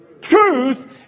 truth